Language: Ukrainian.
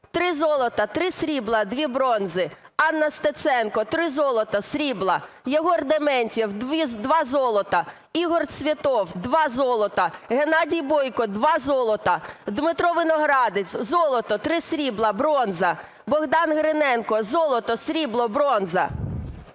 3 золота, 3 срібла, 2 бронзи. Анна Стеценко: 3 золота, срібла. Єгор Дементьєв: 2 золота. Ігор Цвєтов: 2 золота. Геннадій Бойко: 2 золота. Дмитро Виноградець: золото, 3 срібла, бронза. Богдан Гриненко: золото, срібло, бронза.